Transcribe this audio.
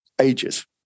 ages